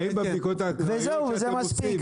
וזהו, זה מספיק.